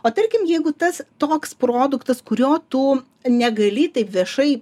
o tarkim jeigu tas toks produktas kurio tu negali taip viešai